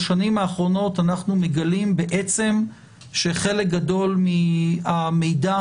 בשנים האחרונות אנחנו מגלים בעצם שחלק גדול מהמידע